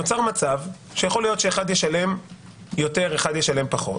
נוצר מצב שיכול להיות שאחד ישלם יותר ואחד ישלם פחות.